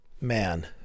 Man